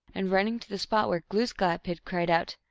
and, running to the spot where glooskap hid, cried out,